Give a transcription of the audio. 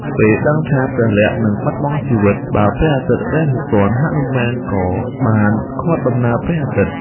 ពេលដឹងថាព្រះលក្សណ៍នឹងបាត់បង់ជីវិតបើព្រះអាទិត្យរះមកទាន់ ហនុមានក៏បានឃាត់ដំណើរព្រះអាទិត្យ។